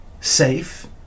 safe